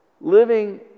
living